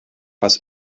was